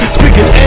Speaking